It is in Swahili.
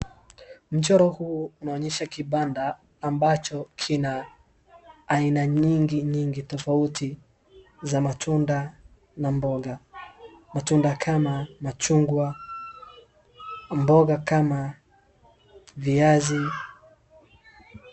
Mchoro huu unaonyesha kipanda amabacho kina aina nyingi nyingi tofauti za matunda na mboga. Matunda kama machungwa. Mboga kama viazi